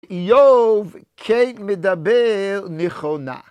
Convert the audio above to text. איוב, כן מדבר נכונה.